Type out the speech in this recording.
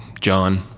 John